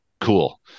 Cool